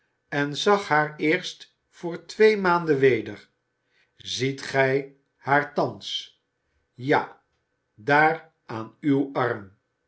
en zag haar eerst voor twee maanden weder ziet gij haar thans ja daar aan uw arm